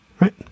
right